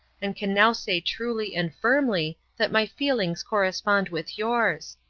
and can now say truly and firmly that my feelings correspond with yours.